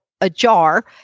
ajar